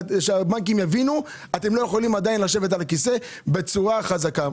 שהבנקים יבינו: אתם לא יכולים עדיין לשבת על הכיסא בצורה חזקה.